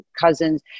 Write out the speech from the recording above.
cousins